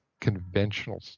conventional